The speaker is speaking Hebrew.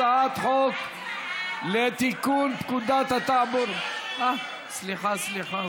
הצעת חוק לתיקון פקודת התעבורה, סליחה, סליחה,